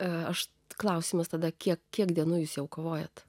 aš klausimas tada kiek kiek dienų jūs jau kovojate